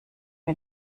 mir